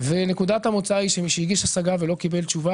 ונקודת המוצא היא שמי שהגיש השגה ולא קיבל תשובה